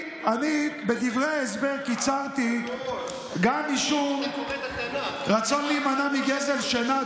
בדברי ההסבר קיצרתי גם משום רצון להימנע מגזל שינה,